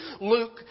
Luke